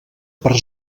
per